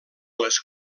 les